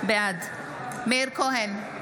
בעד מאיר כהן,